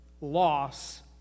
loss